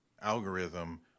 algorithm